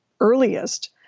earliest